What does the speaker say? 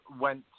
went